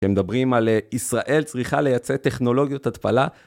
כשמדברים על ישראל צריכה לייצא טכנולוגיות התפלה.